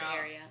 area